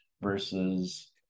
versus